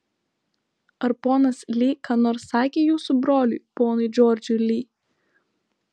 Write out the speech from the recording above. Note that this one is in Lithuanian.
ar ponas li ką nors sakė jūsų broliui ponui džordžui li